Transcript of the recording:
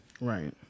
Right